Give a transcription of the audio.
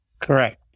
correct